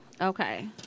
Okay